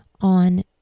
on